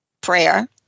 prayer